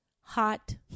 Hot